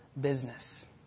business